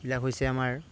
বিলাক হৈছে আমাৰ